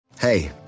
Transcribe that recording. Hey